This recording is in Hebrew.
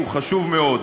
הוא חשוב מאוד.